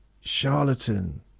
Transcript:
charlatan